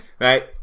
Right